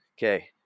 Okay